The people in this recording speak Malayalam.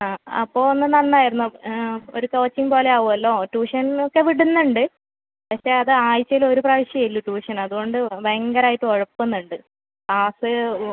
ആ അപ്പോൾ ഒന്ന് നന്നായിരുന്നു ഒരു കോച്ചിംഗ് പോലെ ആവുമല്ലോ ട്യൂഷൻ ഒക്കെ വിടുന്നുണ്ട് പക്ഷെ അത് ആഴ്ചയിൽ ഒരു പ്രാവശ്യമേ ഉള്ളൂ ട്യൂഷൻ അതുകൊണ്ട് ഭയങ്കരമായിട്ട് ഉഴപ്പുന്നുണ്ട് ക്ലാസ്